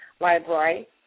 Library